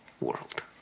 world